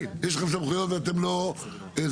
יש לכם סמכויות ואתם לא עושים.